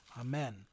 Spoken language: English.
Amen